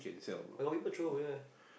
but got people throw away eh